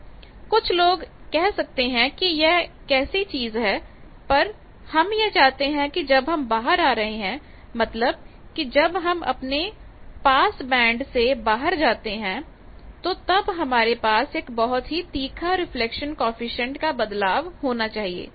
कुछ लोग कह सकते हैं कि यह कैसी चीज है पर हम यह चाहते हैं कि जब हम बाहर आ रहे हैं मतलब कि जब हम अपने पास से बाहर जाते हैं तो तब हमारे पास एक बहुत ही तीखा रिफ्लेक्शन कॉएफिशिएंट का बदलाव होना चाहिए